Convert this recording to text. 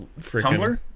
Tumblr